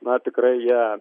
na tikrai jie